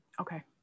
Okay